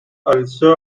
also